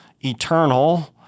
eternal